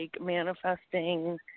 manifesting